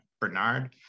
Bernard